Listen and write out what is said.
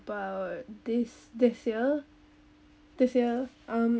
about this this year this year um